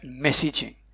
messaging